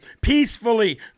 Peacefully